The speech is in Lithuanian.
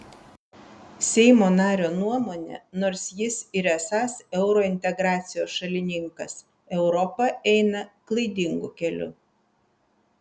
seimo nario nuomone nors jis ir esąs eurointegracijos šalininkas europa eina klaidingu keliu